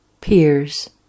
peers